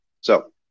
So-